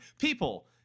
people